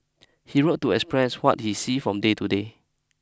he wrote to express what he see from day to day